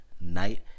night